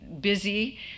busy